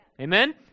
Amen